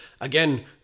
again